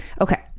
Okay